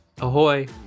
ahoy